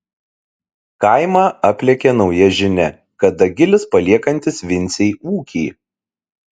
kaimą aplėkė nauja žinia kad dagilis paliekantis vincei ūkį